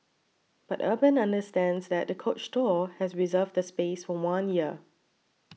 but Urban understands that the Coach store has reserved the space for one year